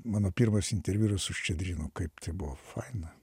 mano pirmas interviu yra su ščedrinu kaip tai buvo faina